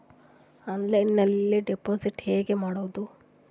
ಆನ್ಲೈನ್ನಲ್ಲಿ ಡೆಪಾಜಿಟ್ ಹೆಂಗ್ ಮಾಡುದು?